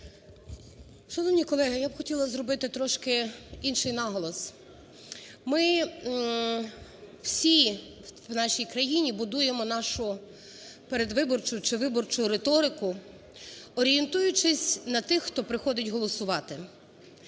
Шановні колеги, я б хотіла зробити трошки інший наголос. Ми всі в нашій крані будуємо нашу передвиборчу чи виборчу риторику, орієнтуючись на тих, хто приходить голосувати.